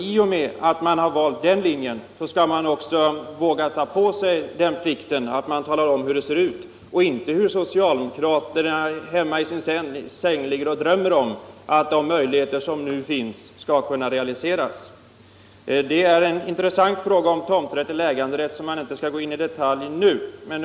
I och med att man har valt den linjen skall man också våga tala om hur det verkligen ser ut. Man skall inte bara beskriva vad socialdemokraterna hemma i sina sängar ligger och drömmer om att kunna realisera med de möjligheter som nu finns i lag. Frågan om tomträtt eller äganderätt är intressant, och jag skall inte gå in i detalj på den.